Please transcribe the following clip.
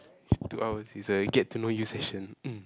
this two hour is a get to know you session mm